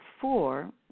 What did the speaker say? four